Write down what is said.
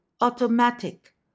Automatic